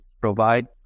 provide